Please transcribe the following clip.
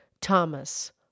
Thomas